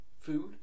Food